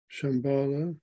Shambhala